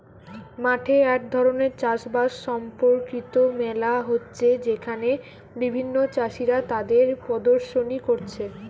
মাঠে এক ধরণের চাষ বাস সম্পর্কিত মেলা হচ্ছে যেখানে বিভিন্ন চাষীরা তাদের প্রদর্শনী কোরছে